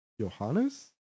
Johannes